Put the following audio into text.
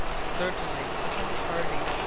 certainly! assented hardy.